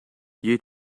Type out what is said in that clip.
you